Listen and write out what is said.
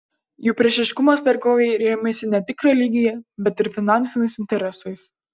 jų priešiškumas vergovei rėmėsi ne tik religija bet ir finansiniais interesais